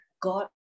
God